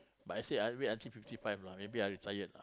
but actually I wait until fifty five lah maybe I retired